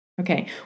okay